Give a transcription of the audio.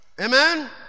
Amen